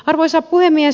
arvoisa puhemies